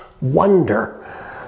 wonder